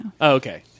Okay